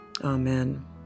amen